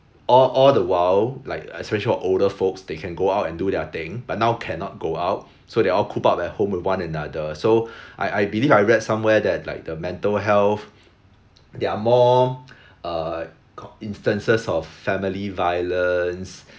all all the while like especially for older folks they can go out and do their thing but now cannot go out so they all coop up at home with one another so I I believe I read somewhere that like the mental health there are more err co~ instances of family violence